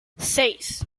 seis